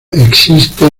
existen